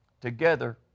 together